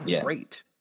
great